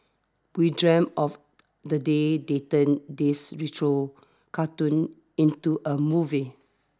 we dreamt of the day they turn this retro cartoon into a movie